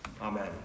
Amen